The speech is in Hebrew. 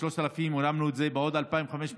מ-3,000-2,500 העלינו את זה בעוד 2,500,